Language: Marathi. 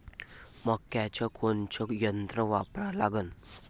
मक्याचं कोनचं यंत्र वापरा लागन?